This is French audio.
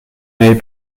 n’avez